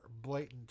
blatant